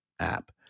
App